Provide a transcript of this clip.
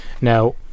Now